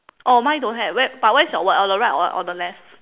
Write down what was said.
oh mine don't have where but where's your word on the right or on the left